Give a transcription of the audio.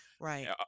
Right